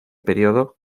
periodo